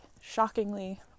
shockingly